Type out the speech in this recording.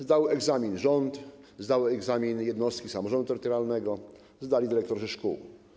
Zdał egzamin rząd, zdały egzaminy jednostki samorządu terytorialnego, zdali dyrektorzy szkół.